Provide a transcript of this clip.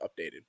updated